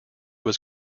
was